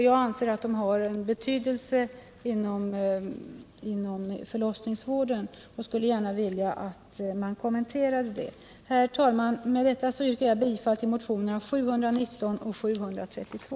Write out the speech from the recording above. Jag anser att de är av betydelse inom förlossningsvården och skulle gärna vilja att de kommenterades. Herr talman! Med detta yrkar jag bifall till motionerna 719 och 732.